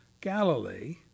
Galilee